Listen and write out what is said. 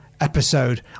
episode